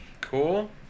Cool